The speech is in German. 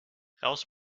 raus